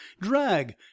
Drag